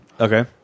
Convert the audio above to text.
Okay